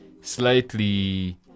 slightly